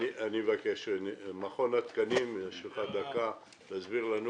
נציג מכון התקנים, יש לך דקה, הסבר לנו